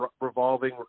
revolving